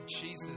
Jesus